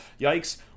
Yikes